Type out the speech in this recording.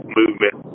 movement